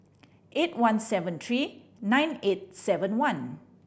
eight one seven three nine eight seven one